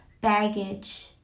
baggage